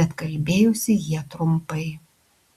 bet kalbėjosi jie trumpai